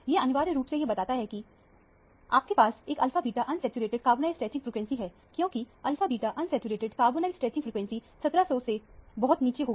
यह अनिवार्य रूप से यह बताता है कि आपके पास एक alpha beta unsaturated carbonyl stretching frequency है क्योंकि alpha beta unsaturated carbonyl stretching frequency 1700 से बहुत नीचे होगी